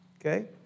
okay